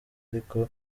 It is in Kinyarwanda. ariko